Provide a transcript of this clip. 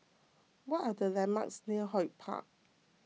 what are the landmarks near HortPark